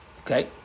Okay